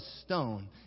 stone